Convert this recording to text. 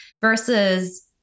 Versus